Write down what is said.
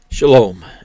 Shalom